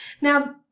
Now